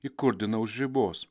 įkurdina už ribos